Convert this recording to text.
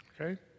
okay